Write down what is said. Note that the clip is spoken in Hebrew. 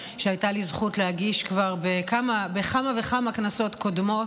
שהייתה לי זכות להגיש כבר בכמה וכמה כנסות קודמות.